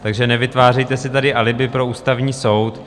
Takže nevytvářejte si tady alibi pro Ústavní soud.